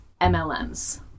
MLMs